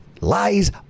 lies